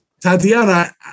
Tatiana